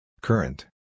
Current